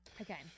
Okay